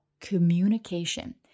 communication